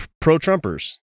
pro-Trumpers